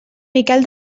miquel